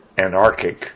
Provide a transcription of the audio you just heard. anarchic